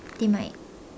they might